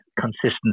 consistency